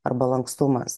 arba lankstumas